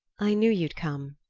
i knew you'd come!